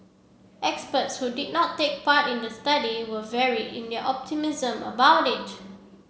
experts who did not take part in the study were varied in their optimism about it